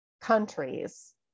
countries